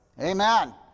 Amen